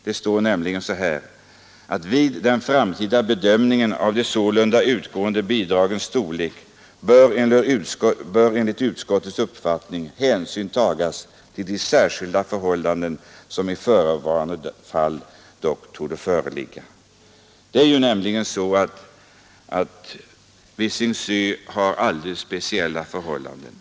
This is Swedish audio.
Det står nämligen: ”Vid den framtida bedömningen av det sålunda utgående bidragets storlek bör enligt utskottets uppfattning hänsyn tagas till de särskilda förhållanden som i förevarande fall dock torde föreligga.” Här föreligger nämligen alldeles speciella förhållanden.